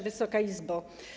Wysoka Izbo!